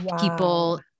people